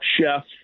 chef